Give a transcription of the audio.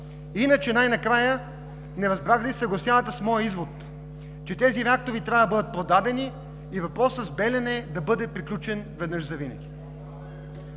Иначе най-накрая не разбрах дали се съгласявате с моя извод, че тези реактори трябва да бъдат продадени и въпросът с „Белене“ да бъде приключен веднъж завинаги?